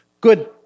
Good